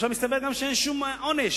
עכשיו מסתבר גם שאין שום עונש.